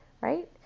right